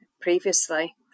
previously